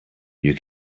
you